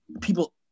people